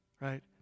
right